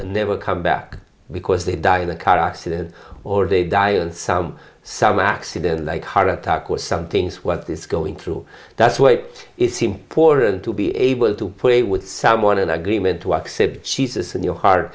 never come back because they die in a car accident or they die and some some accident like heart attack or some things what is going through that's why it is important to be able to put a with someone in agreement to accept jesus in your heart